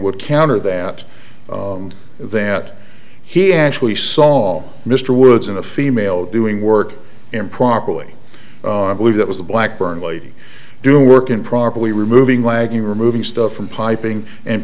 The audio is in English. would counter that that he actually saw mr woods in a female doing work improperly believe that was a black burn lady doing work in properly removing lagging removing stuff from piping and